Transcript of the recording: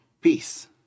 Peace